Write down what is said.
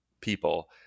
people